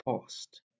past